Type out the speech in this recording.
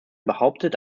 behauptet